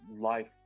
life